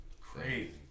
Crazy